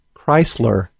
Chrysler